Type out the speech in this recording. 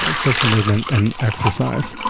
ah physical movement and exercise.